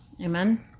amen